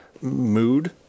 mood